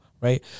right